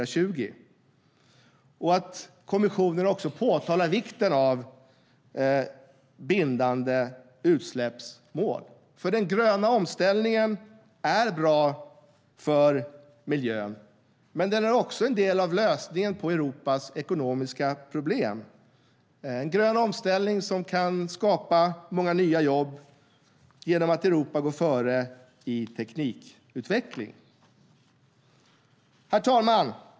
Vi välkomnar också att kommissionen påtalar vikten av bindande utsläppsmål. Den gröna omställningen är bra för miljön, men den är också en del av lösningen på Europas ekonomiska problem. En grön omställning kan skapa många nya jobb genom att Europa går före när det gäller teknikutveckling. Herr talman!